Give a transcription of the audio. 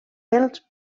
pels